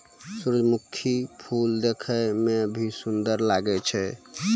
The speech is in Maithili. सुरजमुखी फूल देखै मे भी सुन्दर लागै छै